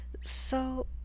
So